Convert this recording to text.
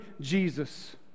Jesus